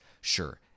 Sure